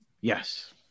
Yes